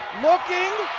looking,